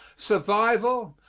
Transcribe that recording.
survival,